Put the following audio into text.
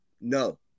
No